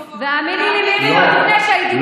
והאמיני לי שזה עוד מלפני שהייתי בכנסת.